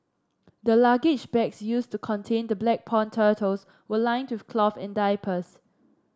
the luggage bags used to contain the black pond turtles were lined with cloth and diapers